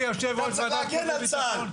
אתה צריך להגן על צה"ל.